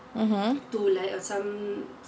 mmhmm